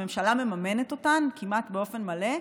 הממשלה מממנת אותן כמעט באופן מלא,